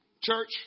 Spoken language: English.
Church